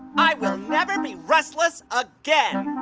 i will never be restless again.